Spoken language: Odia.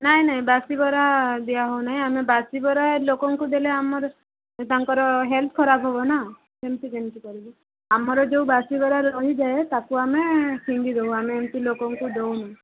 ନାଇ ନାଇ ବାସି ବରା ଦିଆ ହଉନାହିଁ ଆମେ ବାସି ବରା ଲୋକଙ୍କୁ ଦେଲେ ଆମର ତାଙ୍କର ହେଲଥ ଖରାପ ହବ ନା ସେମିତି କେମିତି କରିବୁ ଆମର ଯଉ ବାସି ବରା ରହି ଯାଏ ତାକୁ ଆମେ ଫିଙ୍ଗି ଦଉ ଆମେ ଏମିତି ଲୋକଙ୍କୁ ଦଉନୁ